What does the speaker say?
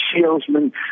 salesmen